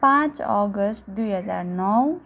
पाँच अगस्ट दुई हजार नौ